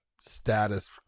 status